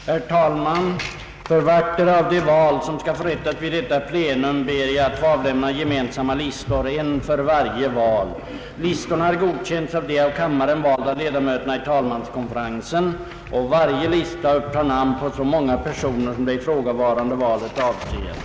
Herr talman! För vartdera av de val som skall förrättas vid detta plenum ber jag att få avlämna gemensamma listor. Listorna har godkänts av de av kammaren valda ledamöterna i talmanskonferensen, och varje lista upptar namn på så många personer som det ifrågavarande valet avser.